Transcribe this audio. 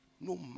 no